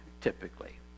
typically